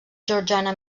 georgiana